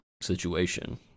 situation